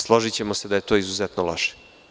Složićemo se da je to izuzetno loše.